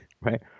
Right